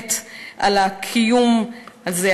נבנית על הקיום הזה,